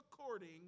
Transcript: according